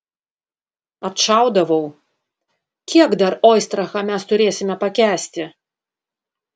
atšaudavau kiek dar oistrachą mes turėsime pakęsti